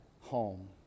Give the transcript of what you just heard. home